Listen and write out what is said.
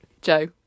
Joe